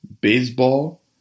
baseball